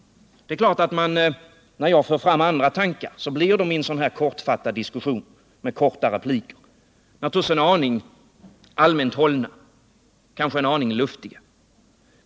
Det är klart att de tankar jag för fram blir i en sådan här kortfattad diskussion med korta repliker en aning allmänt hållna, kanske en aning luftiga.